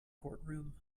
courtroom